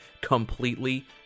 completely